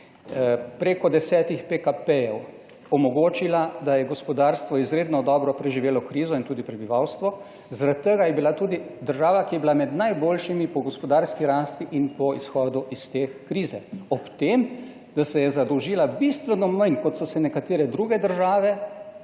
preko desetih PKP-jev omogočila, da je gospodarstvo izredno dobro preživelo krizo in tudi prebivalstvo, zaradi tega je bila tudi država, ki je bila med najboljšimi po gospodarski rasti in po izhodu iz te krize. Ob tem, da se je zadolžila bistveno manj, kot so se nekatere druge države